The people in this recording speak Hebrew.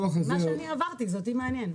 מה שעברתי אותי זה מעניין.